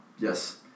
Yes